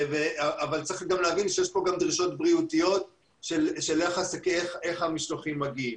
אבל צריך להבין שיש גם דרישות בריאותיות איך המשלוחים מגיעים.